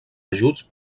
ajuts